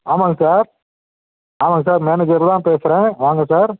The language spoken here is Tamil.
ஆமாம்ங்க சார் ஆமாம்ங்க சார் மேனேஜர் தான் பேசுகிறேன் வாங்க சார்